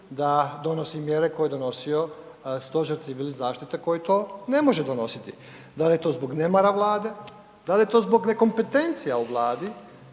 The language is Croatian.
da donosi mjere koje je donosio Stožer civilne zaštite koji to ne može donositi? Dal je to zbog nemara Vlade? Dal je to zbog nekompetencija u Vladi?